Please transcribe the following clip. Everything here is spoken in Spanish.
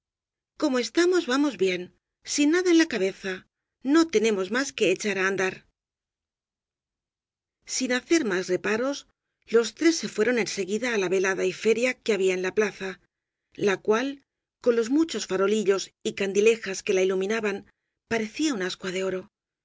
como estamos vamos bien sin nada e'n la cabeza no tenemos más que echar á andar sin hacer más reparos los tres se fueron en se guida á la velada y feria que había en la plaza la cual con los muchos farolillos y candilejas que la iluminaban parecía un ascua de oro